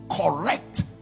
correct